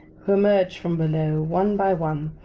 who emerged from below, one by one,